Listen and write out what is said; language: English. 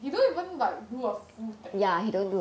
he don't even like do a full technique